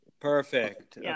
Perfect